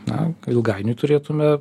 na ilgainiui turėtume